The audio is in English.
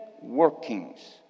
workings